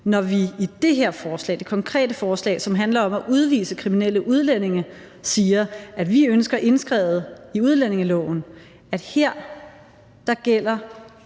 Når vi i det her konkrete forslag, som handler om at udvise kriminelle udlændinge, siger, at vi ønsker indskrevet i udlændingeloven, at der gælder